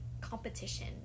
competition